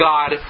God